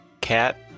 cat